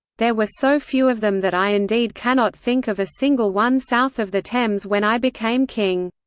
there were so few of them that i indeed cannot think of a single one south of the thames when i became king.